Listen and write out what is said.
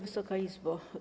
Wysoka Izbo!